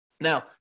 Now